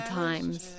times